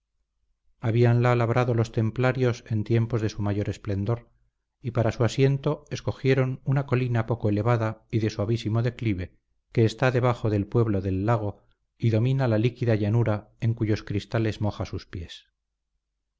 almenas habíanla labrado los templarios en tiempos de su mayor esplendor y para su asiento escogieron una colina poco elevada y de suavísimo declive que está debajo del pueblo del lago y domina la líquida llanura en cuyos cristales moja sus pies